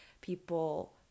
people